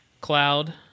cloud